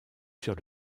sur